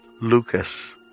Lucas